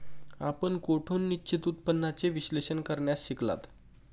आपण कोठून निश्चित उत्पन्नाचे विश्लेषण करण्यास शिकलात?